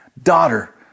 Daughter